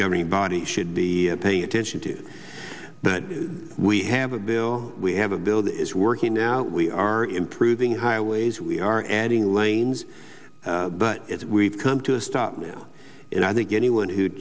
governing body should be paying attention to but we have a bill we have a bill that is working now we are improving highways and we are adding lanes but we've come to a stop and i think anyone who